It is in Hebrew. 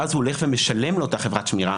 ואז הוא הולך ומשלם לאותה חברת שמירה,